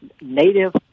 native